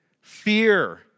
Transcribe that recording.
fear